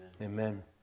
Amen